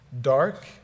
dark